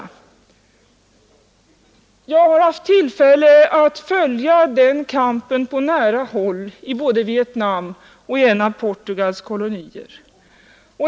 Jag har haft tillfälle att följa den kampen på nära håll både i Vietnam och i en av Portugals kolonier.